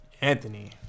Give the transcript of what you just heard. Anthony